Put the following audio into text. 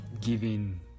giving